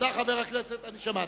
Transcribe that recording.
שמעתי.